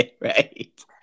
right